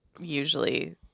usually